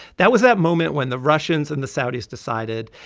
that was that moment when the russians and the saudis decided,